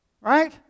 right